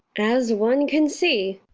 as one can see.